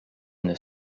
une